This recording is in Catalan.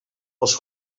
els